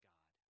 God